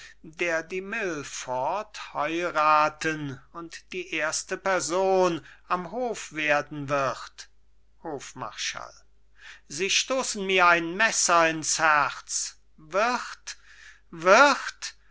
der die milford heirathen und die erste person am hof werden wird hofmarschall sie stoßen mir ein messer ins herz wird wird